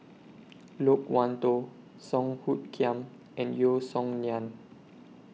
Loke Wan Tho Song Hoot Kiam and Yeo Song Nian